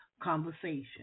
conversation